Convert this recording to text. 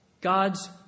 God's